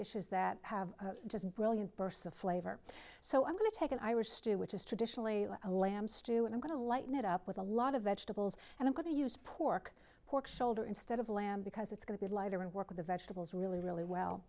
dishes that have just brilliant bursts of flavor so i'm going to take an irish stew which is traditionally a lamb stew and i'm going to lighten it up with a lot of vegetables and i'm going to use pork pork shoulder instead of lamb because it's going to be lighter and work with the vegetables really really well